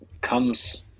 comes